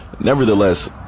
nevertheless